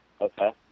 Okay